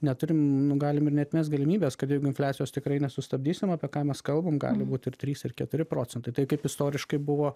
neturim nu galim ir neatmes galimybės kad jeigu infliacijos tikrai nesustabdysim apie ką mes kalbam gali būt ir trys ir keturi procentai tai kaip istoriškai buvo